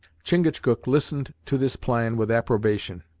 chingachgook listened to this plan with approbation.